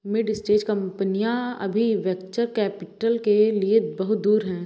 mid stage कंपनियां अभी venture capital के लिए बहुत दूर हैं